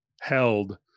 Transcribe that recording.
held